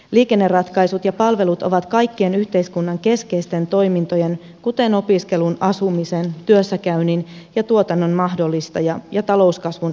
liikenneratkaisut ja palvelut ovat kaikkien yhteiskunnan keskeisten toimintojen kuten opiskelun asumisen työssäkäynnin ja tuotannon mahdollistaja ja talouskasvun edellytys